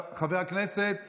חבר הכנסת